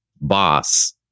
boss